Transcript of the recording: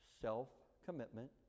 self-commitment